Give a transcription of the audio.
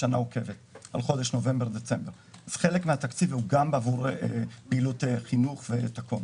כ"ט בנובמבר 2021. זה יום מאוד-מאוד חשוב בהיסטוריה של העם